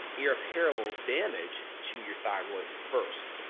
irreparable damage to your thyroid first.